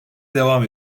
devam